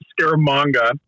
Scaramanga